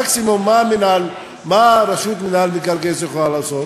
מקסימום, מה רשות מינהל מקרקעי ישראל יכולה לעשות?